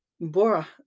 Bora